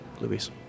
louise